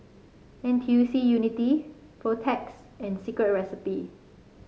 N T U C Unity Protex and Secret Recipe